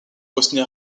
bosnie